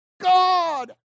God